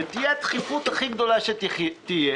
תהיה הדחיפות אשר תהיה,